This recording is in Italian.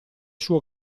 suo